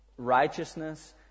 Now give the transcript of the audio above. righteousness